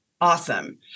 Awesome